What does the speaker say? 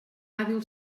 hàbil